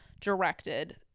directed